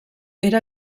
era